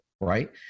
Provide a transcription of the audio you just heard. right